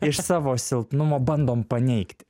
iš savo silpnumo bandom paneigti